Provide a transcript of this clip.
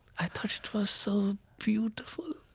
i thought it was so beautiful.